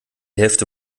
hälfte